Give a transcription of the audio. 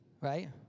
right